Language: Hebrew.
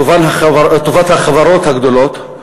טובת החברות הגדולות,